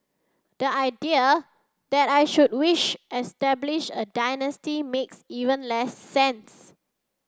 the idea that I should wish establish a dynasty makes even less sense